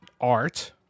art